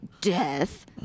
death